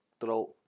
throat